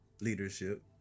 leadership